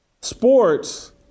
sports